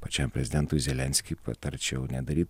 pačiam prezidentui zelenskiui patarčiau nedaryt